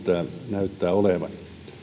näyttää olevan